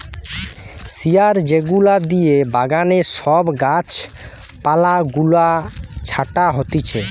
শিয়ার যেগুলা দিয়ে বাগানে সব গাছ পালা গুলা ছাটা হতিছে